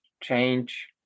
change